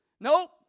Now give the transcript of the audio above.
Nope